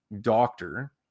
doctor